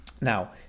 Now